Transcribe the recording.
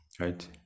Right